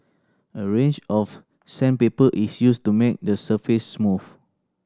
a range of sandpaper is used to make the surface smooth